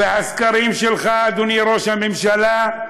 והסקרים שלך, אדוני ראש הממשלה,